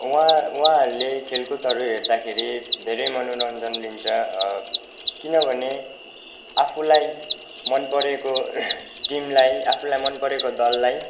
उहाँ उहाँहरूले खेलकुदहरू हेर्दाखेरि धेरै मनोरञ्जन लिन्छ किनभने आफूलाई मन परेको टिमलाई आफूलाई मन परेको दललाई